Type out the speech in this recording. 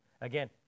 Again